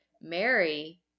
mary